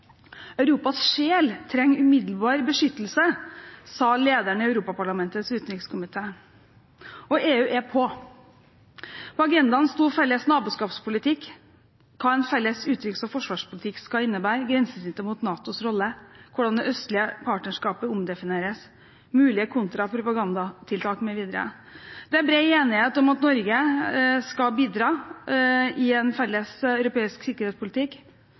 Europas sjel trenger umiddelbar beskyttelse, sa lederen av Europaparlamentets utenrikskomité. Og EU er på. På agendaen sto felles naboskapspolitikk, hva en felles utenriks- og forsvarspolitikk skal innebære, grensesnittet mot NATOs rolle, hvordan det østlige partnerskapet omdefineres, mulige kontra propagandatiltak mv. Det er bred enighet om at Norge skal bidra i en felles europeisk sikkerhetspolitikk,